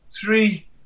three